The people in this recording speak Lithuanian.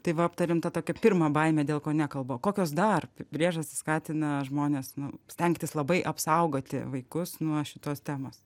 tai va aptarėm tą tokią pirmą baimę dėl ko nekalba kokios dar priežastys skatina žmones nu stengtis labai apsaugoti vaikus nuo šitos temos